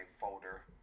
folder